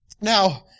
Now